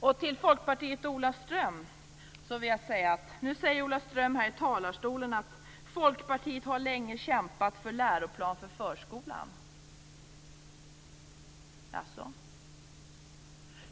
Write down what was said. Så till Folkpartiet och Ola Ström. Nu säger Ola Ström här i talarstolen att Folkpartiet länge har kämpat för en läroplan för förskolan. Jaså?